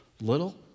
little